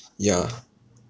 ya